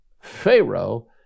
Pharaoh